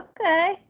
okay